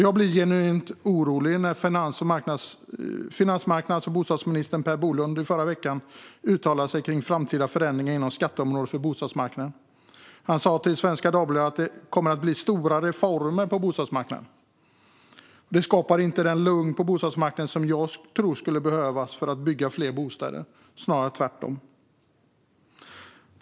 Jag blir genuint orolig när finansmarknads och bostadsminister Per Bolund i förra veckan uttalade sig om framtida förändringar inom skatteområdet för bostadsmarknaden. Han sa till Svenska Dagbladet att det kommer att bli stora reformer på bostadsmarknaden. Det skapar inte det lugn på bostadsmarknaden som jag tror skulle behövas för att bygga fler bostäder, snarare tvärtom.